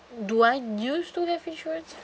do I used to have insurance